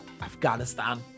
afghanistan